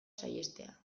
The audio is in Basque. saihestea